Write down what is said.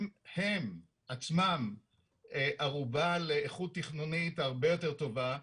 הם עצמם ערובה לאיכות תכנונית הרבה יותר טובה,